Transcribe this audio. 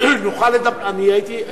אני הייתי,